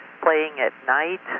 playing at night.